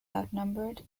outnumbered